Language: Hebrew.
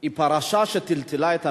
היא פרשה שטלטלה את המדינה.